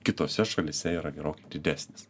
kitose šalyse yra gerokai didesnis